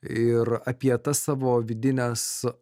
ir apie tas savo vidines